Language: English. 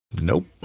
Nope